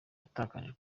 yatakaje